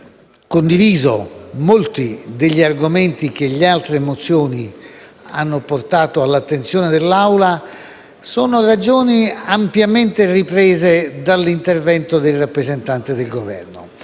condiviso molti degli argomenti che le altre mozioni hanno portato all'attenzione dell'Assemblea sono state tutte ampiamente riprese nell'intervento del rappresentante del Governo.